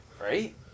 Right